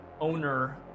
owner